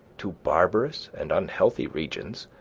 to barbarous and unhealthy regions,